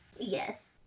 Yes